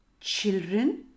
Children